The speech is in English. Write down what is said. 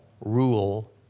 rule